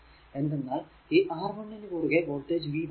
എന്തെന്നാൽ ഈ R 1 നു കുറുകെ വോൾടേജ് v 1 ആണ്